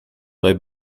bei